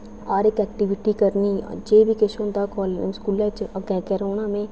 हर इक ऐक्टीविटी करनी जे बी किश होंदा हा स्कूलै च अग्गें अग्गें रौह्ना मैं